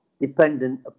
dependent